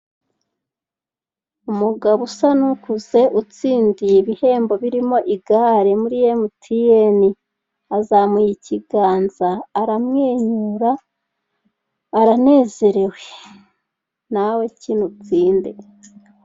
Umugabo usa n'ukuze utsindiye ibihembo birimo igare muri emutiyeni. Azamuye ikiganza aramwenyura aranezerewe, nawe kina utsinde,